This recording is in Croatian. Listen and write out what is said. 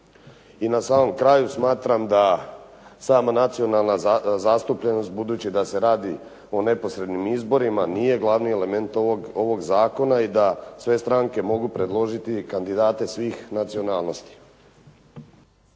I na samom kraju smatram da sama nacionalna zastupljenost budući da se radi o neposrednim izborima nije glavni element ovog zakona i da sve stranke mogu predložiti kandidate svih nacionalnosti.